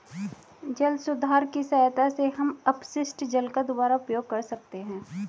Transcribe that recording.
जल सुधार की सहायता से हम अपशिष्ट जल का दुबारा उपयोग कर सकते हैं